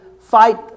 fight